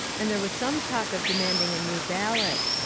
and there was some talk of demanding a new ballot,